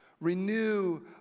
Renew